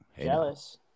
jealous